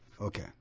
Okay